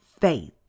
faith